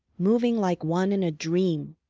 moving like one in a dream.